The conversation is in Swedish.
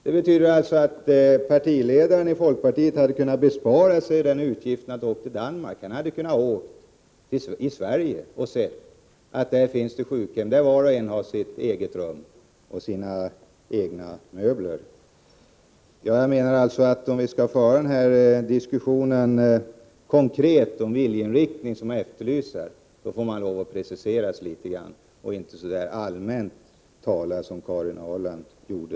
Folkpartiets ledare hade alltså kunnat bespara sig utgiften att åka till Danmark — han kunde ha rest inom Sverige och sett att det här finns sjukhem där var och en har sitt eget rum och sina egna möbler. Om vi på ett konkret sätt skall föra den diskussion om viljeinriktning som har efterlysts, får man lov att precisera sig och inte tala så där allmänt som Karin Ahrland nyss gjorde.